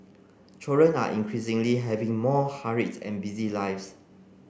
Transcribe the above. children are increasingly having more hurried and busy lives